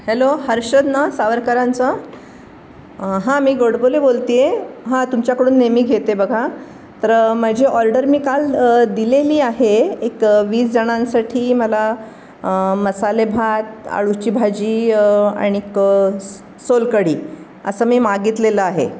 hello Harshad नं सावरकरांचा हां मी गोडबोले बोलती आहे हां तुमच्याकडून नेहमी घेते बघा तर माझी ऑर्डर मी काल दिलेली आहे एक वीसजणांसाठी मला मसालेभात अळूची भाजी आणि क स सोलकढी असं मी मागितलेलं आहे